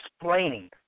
explaining